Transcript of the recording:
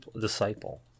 Disciple